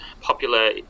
popular